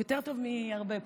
יותר טוב מהרבה פה.